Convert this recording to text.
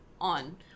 on